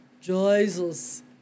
Jesus